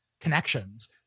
connections